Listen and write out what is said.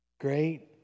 Great